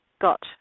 got